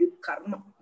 karma